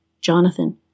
Jonathan